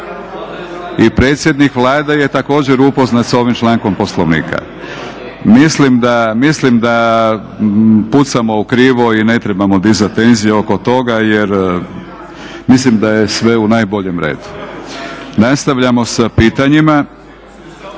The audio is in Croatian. I predsjednik Vlade je također upoznat sa ovim člankom Poslovnika. Mislim da pucamo u krivo i ne trebamo dizati tenzije oko toga jer mislim da je sve u najboljem redu. Nastavljamo sa pitanjima.